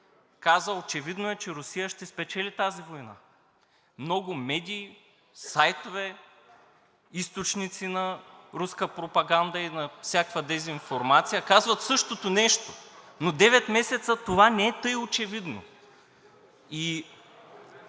каза: „Очевидно е, че Русия ще спечели тази война.“ Много медии, сайтове, източници на руска пропаганда и на всякаква дезинформация казват същото нещо, но 9 месеца това не е тъй очевидно.